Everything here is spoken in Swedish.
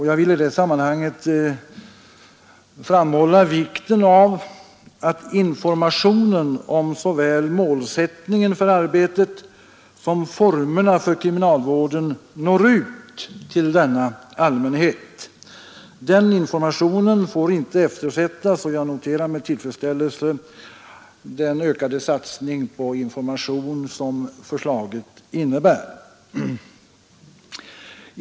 Jag vill i det sammanhanget framhålla vikten av att informationen om såväl målsättningen för arbetet som formerna för kriminalvården når ut till denna allmänhet. Den informationen får inte eftersättas, och jag noterar med tillfredsställelse den ökade satsning på information som förslaget innebär.